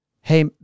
hey